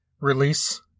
release